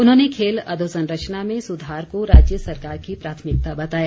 उन्होंने खेल अधोसंरचना में सुधार को राज्य सरकार की प्राथमिकता बताया